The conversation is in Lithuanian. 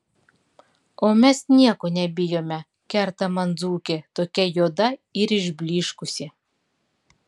o mes nieko nebijome kerta man dzūkė tokia juoda ir išblyškusi